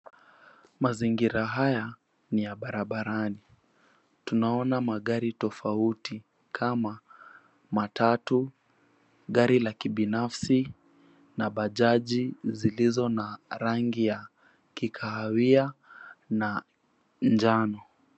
Mazingira haya ni ya barabarani. Tunaona magari tofauti kama matatu, gari la kibinafsi, na bajaji zilizo na rangi ya kikahawia na njano.